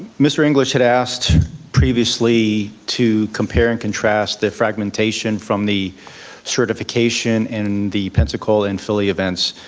mr. english had asked previously to compare and contrast the fragmentation from the certification in the pensacola and philly events.